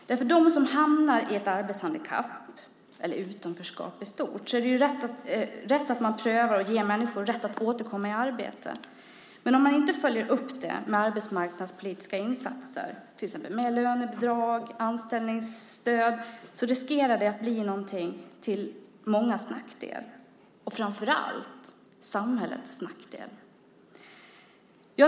Det är rätt att man prövar att ge människor som hamnar i ett arbetshandikapp eller i utanförskap i stort rätt att återkomma i arbete. Men om man inte följer upp det med arbetsmarknadspolitiska insatser, till exempel lönebidrag eller anställningsstöd, riskerar det att bli till mångas nackdel och framför allt till samhällets nackdel.